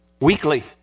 weekly